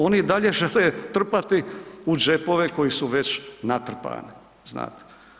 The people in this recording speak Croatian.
Oni i dalje žele trpati u džepove koji su već natrpani, znate.